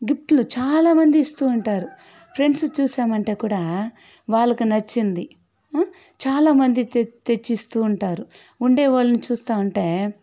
గిఫ్ట్లు చాలామంది ఇస్తూ ఉంటారు ఫ్రెండ్సును చూశామంటే కూడా వాళ్లకు నచ్చింది చాలా మంది తె తెచ్చి ఇస్తూ ఉంటారు ఉండేవాళ్ళని చూస్తూ ఉంటే